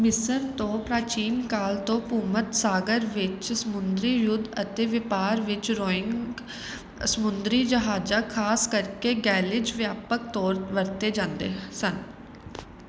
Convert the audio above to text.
ਮਿਸਰ ਤੋਂ ਪ੍ਰਾਚੀਨ ਕਾਲ ਤੋਂ ਭੂਮੱਧ ਸਾਗਰ ਵਿੱਚ ਸਮੁੰਦਰੀ ਯੁੱਧ ਅਤੇ ਵਪਾਰ ਵਿੱਚ ਰੋਇੰਗ ਸਮੁੰਦਰੀ ਜਹਾਜ਼ਾਂ ਖਾਸ ਕਰਕੇ ਗੈਲਿਜ਼ ਵਿਆਪਕ ਤੌਰ ਵਰਤੇ ਜਾਂਦੇ ਸਨ